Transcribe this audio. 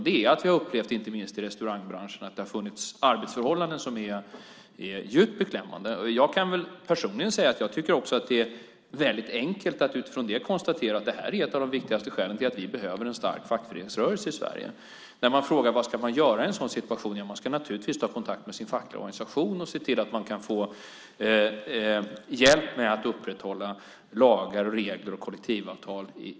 Det handlar om att det inte minst inom restaurangbranschen har funnits arbetsförhållanden som är djupt beklämmande. Jag tycker personligen att man utifrån detta enkelt kan konstatera att vi här har ett av de viktigaste skälen till att vi behöver en stark fackföreningsrörelse i Sverige. När man frågar vad man ska göra i en sådan situation är svaret att man naturligtvis ska ta kontakt med sin fackliga organisation och se till att få hjälp med att upprätthålla lagar, regler och kollektivavtal.